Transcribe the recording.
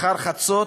אחר חצות,